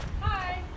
Hi